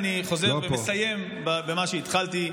אני חוזר ומסיים במה שהתחלתי,